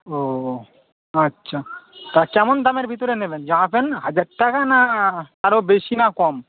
ও আচ্ছা তা কেমন দামের ভিতরে নেবেন জামা প্যান্ট হাজার টাকা না তারও বেশি না কম